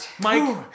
Mike